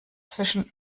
zwischen